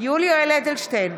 יולי יואל אדלשטיין,